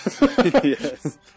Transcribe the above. Yes